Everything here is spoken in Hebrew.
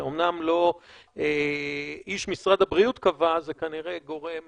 זה אומנם לא איש משרד הבריאות קבע, זה כנראה גורם